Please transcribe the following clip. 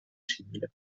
simile